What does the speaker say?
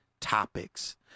topics